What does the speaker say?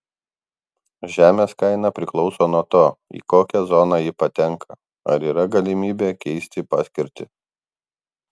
žemės kaina priklauso nuo to į kokią zoną ji patenka ar yra galimybė keisti paskirtį